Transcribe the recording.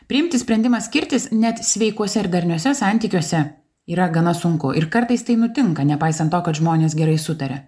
priimti sprendimą skirtis net sveikuose ir darniuose santykiuose yra gana sunku ir kartais tai nutinka nepaisant to kad žmonės gerai sutaria